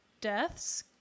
deaths